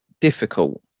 difficult